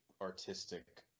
artistic